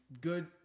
good